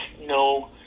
no